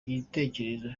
gitekerezo